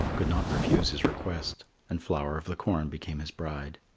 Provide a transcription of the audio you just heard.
could not refuse his request and flower of the corn became his bride.